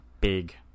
Big